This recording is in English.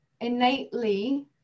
innately